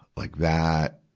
like that,